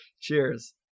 Cheers